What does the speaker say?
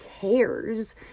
cares